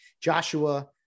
joshua